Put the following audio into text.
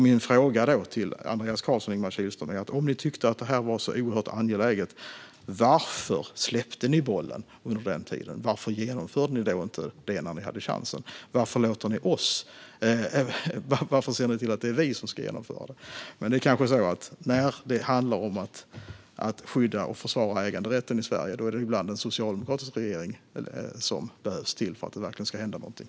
Mina frågor till Andreas Carlson och Ingemar Kihlström är: Om ni tyckte att det här var så oerhört angeläget - varför släppte ni då bollen under den tiden? Varför genomförde ni inte det här när ni hade chansen? Varför ser ni till att det är vi som ska genomföra det? Det kanske är så att när det handlar om att skydda och försvara äganderätten i Sverige är det ibland en socialdemokratisk regering som behövs för att det verkligen ska hända någonting.